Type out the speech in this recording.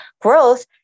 growth